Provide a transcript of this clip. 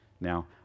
Now